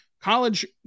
college